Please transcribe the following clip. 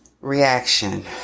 Reaction